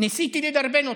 ניסיתי לדרבן אותו,